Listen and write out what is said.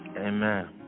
Amen